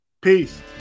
Peace